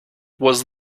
was